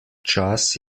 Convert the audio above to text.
čas